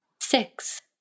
Six